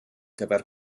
gyfer